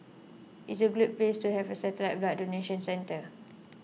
it's a good place to have a satellite blood donation centre